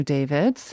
David